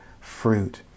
fruit